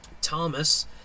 thomas